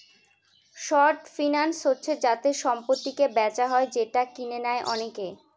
short finance হচ্ছে যাতে সম্পত্তিকে বেচা হয় যেটা কিনে নেয় অনেকে